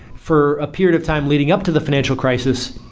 for a period of time leading up to the financial crisis,